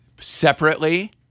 Separately